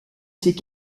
ses